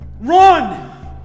Run